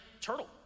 turtle